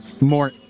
more